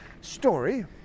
Story